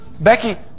Becky